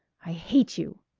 i hate you!